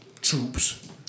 troops